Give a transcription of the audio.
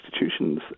institutions